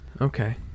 Okay